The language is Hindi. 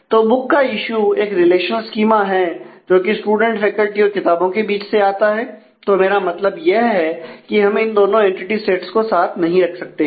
तो बुक का इशू एक रिलेशनल स्कीमा है जोकि स्टूडेंट फैकल्टी और किताबों के बीच से आता है तो मेरा मतलब यह है कि हम इन दोनों एंटिटी सेटस को साथ नहीं रख सकते हैं